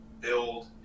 build